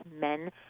men